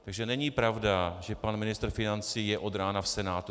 Takže není pravda, že pan ministr financí je od rána v Senátu.